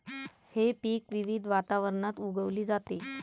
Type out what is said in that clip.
हे पीक विविध वातावरणात उगवली जाते